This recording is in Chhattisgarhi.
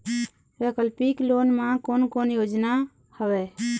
वैकल्पिक लोन मा कोन कोन योजना हवए?